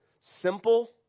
Simple